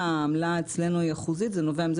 שהעמלה אצלנו היא אחוזית זה נובע מזה